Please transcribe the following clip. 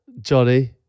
Johnny